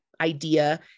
idea